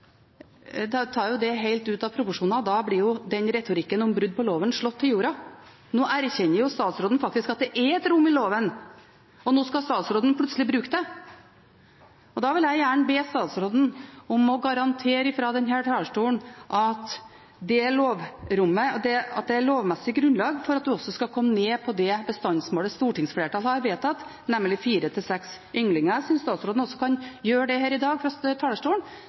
da at all retorikk om brudd på loven kommer helt ut av proporsjoner. Da blir retorikken om brudd på loven slått til jorda. Nå erkjenner jo statsråden at det er rom i loven, og nå skal statsråden plutselig bruke det. Da vil jeg gjerne be statsråden garantere, fra denne talerstolen, at det er lovmessig grunnlag for at en kan komme ned på det bestandsmålet stortingsflertallet har vedtatt, nemlig fire til seks ynglinger. Jeg synes statsråden kan gjøre det her i dag fra talerstolen,